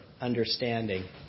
understanding